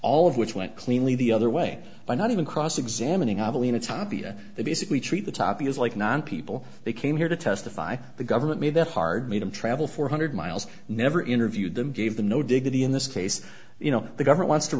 all of which went cleanly the other way by not even cross examining of alina tapia they basically treat the top because like nine people they came here to testify the government made that hard made him travel four hundred miles never interviewed them gave them no dignity in this case you know the government wants to